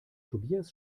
tobias